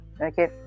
okay